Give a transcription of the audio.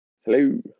hello